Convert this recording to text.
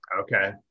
Okay